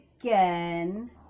again